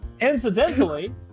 Incidentally